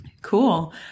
cool